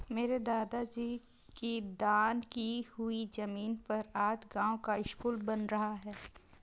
मेरे दादाजी की दान की हुई जमीन पर आज गांव का स्कूल बन रहा है